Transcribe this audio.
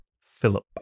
Philip